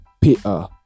peter